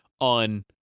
on